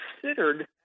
considered